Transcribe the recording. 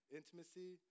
intimacy